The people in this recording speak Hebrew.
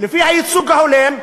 לפי הייצוג ההולם,